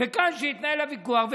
ושכאן יתנהל הוויכוח.